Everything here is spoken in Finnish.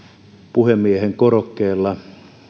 puhemiehen korokkeella